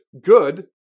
good